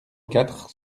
quatre